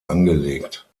angelegt